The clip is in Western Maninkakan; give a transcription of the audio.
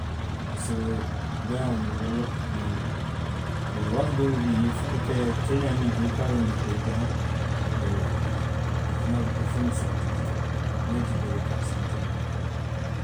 Parisiko beeyaŋolu walla kunoolu, waati doo bi je i ifaŋo ke, i ka keeňaa miŋ ke, a ka a loŋ ne ko jaŋ i fanaŋ ka feŋ ne santiri i ka a santiri le doroŋ